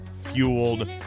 fueled